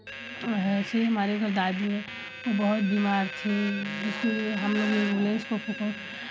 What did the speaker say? ऐसी हमारे घर दादी हैं बहुत बीमार थीं जिसकी वजह से हमलोग एम्बुलेंस को फो